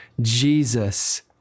Jesus